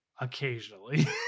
occasionally